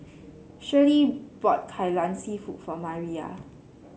Shirlie bought Kai Lan seafood for Mariyah